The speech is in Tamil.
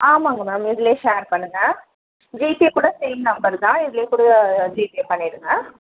ஆமாங்க மேம் இதுலேயே ஷேர் பண்ணுங்கள் ஜிபே கூட சேம் நம்பர் தான் இதுலேயே கூட ஜிபே பண்ணிவிடுங்க